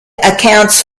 accounts